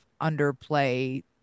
underplay